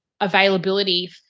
availability